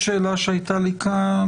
או שתשלח לי כתב